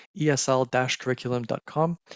esl-curriculum.com